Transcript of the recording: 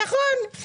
נכון.